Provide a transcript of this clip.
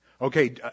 Okay